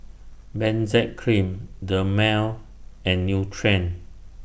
Benzac Cream Dermale and Nutren